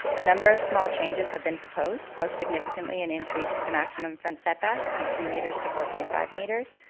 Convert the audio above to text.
a number of small changes have been proposed. most significantly an increase to the maximum front soot backs from three metres to four point five metres.